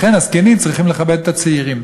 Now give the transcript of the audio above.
לכן הזקנים צריכים לכבד את הצעירים.